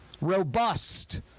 robust